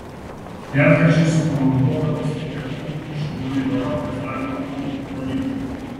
retkarčiais sukomanduodavau stiprią ugnį ir šaukdami valio vaizdavome kontrpuolimą